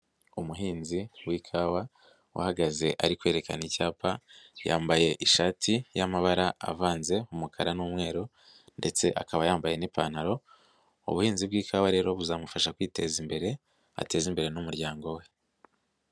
Umuhinzi w'ikawa uhagaze ari kwerekana icyapa ,yambaye ishati y'amabara avanze, umukara n'umweru, ndetse akaba yambaye n'ipantaro, ubuhinzi bw'ikawa rero buzamufasha kwiteza imbere ,ateze imbere n'umuryango we.